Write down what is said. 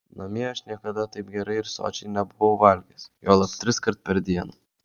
namie aš niekada taip gerai ir sočiai nebuvau valgęs juolab triskart per dieną